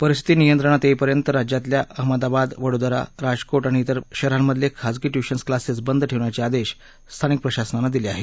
परिस्थिती नियंत्रणात येईपर्यंत राज्यातल्या अहमदाबाद वडोदरा राजकोट आणि इतर शहरांमधले खाजगी ट्यूशन क्लासेस बंद ठेवण्याचे आदेश स्थानिक प्रशासनानं दिले आहेत